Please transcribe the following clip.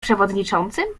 przewodniczącym